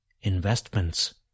investments